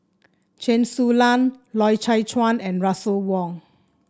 Chen Su Lan Loy Chye Chuan and Russel Wong